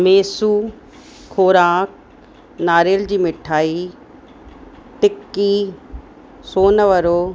मेसू ख़ोराक नारियल जी मिठाई टिक्की सोनवड़ो